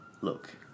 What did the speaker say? look